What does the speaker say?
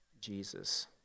Jesus